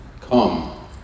come